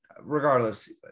regardless